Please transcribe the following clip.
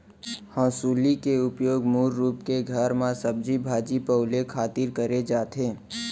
हँसुली के उपयोग मूल रूप के घर म सब्जी भाजी पउले खातिर करे जाथे